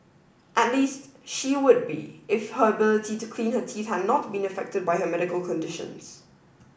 at least she would be if her ability to clean her teeth had not been affected by her medical conditions